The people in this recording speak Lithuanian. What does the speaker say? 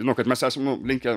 nu kad mes esam nu linkę